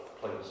Please